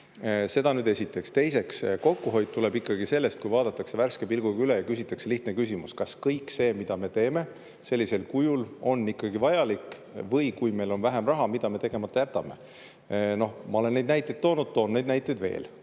Seda nüüd esiteks. Teiseks, kokkuhoid tuleb ikkagi sellest, kui vaadatakse [asjad] värske pilguga üle ja küsitakse lihtne küsimus: kas kõik see, mida me teeme, on sellisel kujul ikkagi vajalik, või kui meil on vähem raha, siis mida me tegemata jätame? Ma olen neid näiteid toonud, toon neid veel.